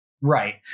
Right